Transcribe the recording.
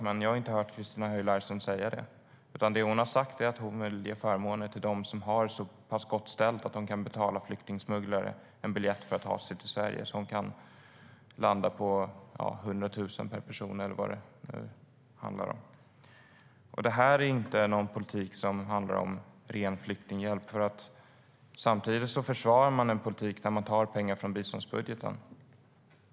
Men jag har inte hört Christina Höj Larsen säga det, utan det hon har sagt är att hon vill ge förmåner till dem som har det så pass gott ställt att de kan betala flyktingsmugglare för en biljett till Sverige som kan landa på 100 000 per person eller vad det nu handlar om. Det här är inte en politik som handlar om ren flyktinghjälp, för samtidigt försvarar man en politik där man tar pengar från biståndsbudgeten.